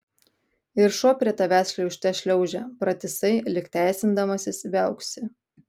ir šuo prie tavęs šliaužte šliaužia pratisai lyg teisindamasis viauksi